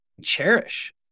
cherish